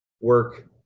work